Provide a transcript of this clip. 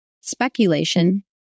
speculation